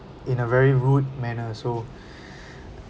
in a very rude manner so